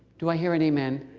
do i hear an amen?